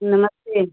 नमस्ते